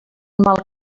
mal